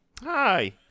Hi